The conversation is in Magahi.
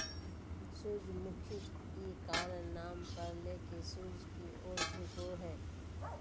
सूरजमुखी इ कारण नाम परले की सूर्य की ओर झुको हइ